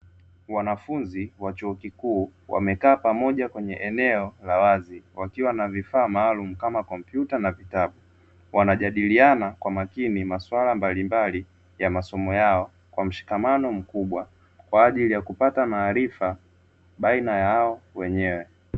Wanafunzi wa chuo kikuu wamekaa pamoja kwenye eneo la wazi, wakiwa na vifaa maalumu kama kompyata na vitabu, wanajadiliana kwa makini masuala mbalimbali ya masomo yao kwa mshikamano mkubwa kwa ajili ya kupata maarifa baina yao wenyewe.